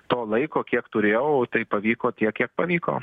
to laiko kiek turėjau tai pavyko tiek kiek pavyko